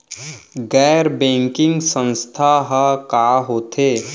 गैर बैंकिंग संस्था ह का होथे?